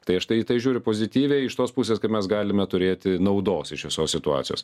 tai aš į tai tai žiūriu pozityviai iš tos pusės kad mes galime turėti naudos iš visos situacijos